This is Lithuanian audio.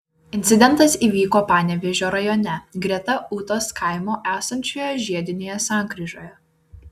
incidentas įvyko panevėžio rajone greta ūtos kaimo esančioje žiedinėje sankryžoje